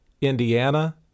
Indiana